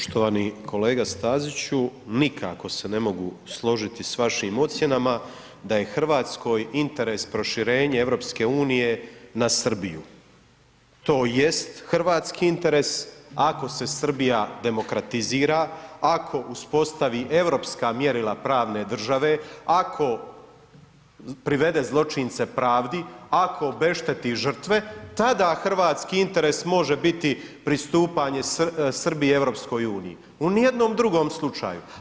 Poštovani kolega Staziću, nikako se ne mogu složiti s vašim ocjenama da je RH interes proširenje EU na Srbiju, to jest hrvatski interes ako se Srbija demokratizira, ako uspostavi europska mjerila pravne države, ako privede zločince pravdi, ako obešteti žrtve, tada hrvatski interes može biti pristupanje Srbije EU, u nijednom drugom slučaju.